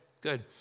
good